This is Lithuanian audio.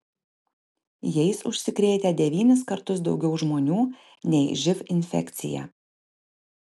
jais užsikrėtę devynis kartus daugiau žmonių nei živ infekcija